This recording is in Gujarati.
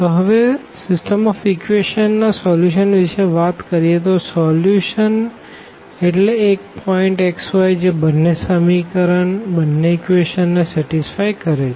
તો હવે સીસ્ટમ ઓફ ઇકવેશન ના સોલ્યુશન વિષે વાત કરીએ તો સોલ્યુશન એટલે એક પોઈન્ટ x y જે બંને ઇક્વેશન ને સેટીસ્ફાઈ કરે છે